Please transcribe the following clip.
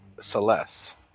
Celeste